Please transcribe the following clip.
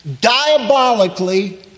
diabolically